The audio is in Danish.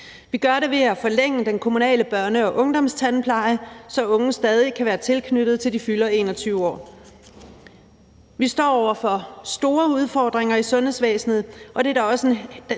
Vi gør det ved at forlænge den kommunale børne- og ungdomstandpleje, så unge stadig kan være tilknyttet, til de fylder 21 år. Vi står over for store udfordringer i sundhedsvæsenet,